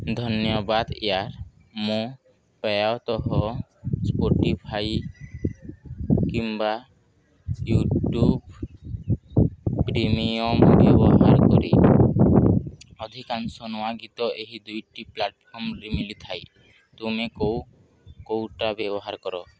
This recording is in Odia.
ଧନ୍ୟବାଦ ୟାର୍ ମୁଁ ପ୍ରାୟତଃ ସ୍ପୋଟିଫାଇ କିମ୍ବା ୟୁ ଟ୍ୟୁବ୍ ପ୍ରିମିୟମ୍ ବ୍ୟବହାର କରି ଅଧିକାଂଶ ନୂଆ ଗୀତ ଏହି ଦୁଇଟି ପ୍ଳାଟ୍ଫର୍ମରେ ମିଳିଥାଏ ତୁମେ କେଉଁ କେଉଁଟା ବ୍ୟବହାର କର